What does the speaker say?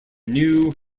new